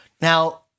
Now